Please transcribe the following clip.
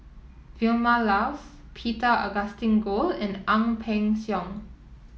Vilma Laus Peter Augustine Goh and Ang Peng Siong